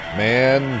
man